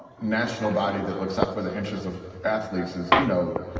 national body that looks out for the interests of athletes is, you know,